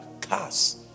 cars